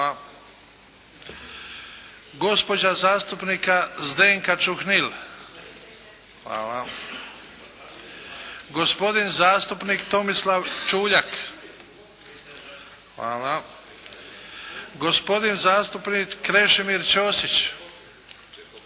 gospodin zastupnik Tomislav Čuljak - prisežem, gospodin zastupnik Krešimir Ćosić -